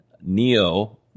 NEO